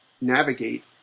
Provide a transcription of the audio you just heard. Navigate